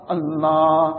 Allah